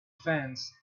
fence